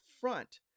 front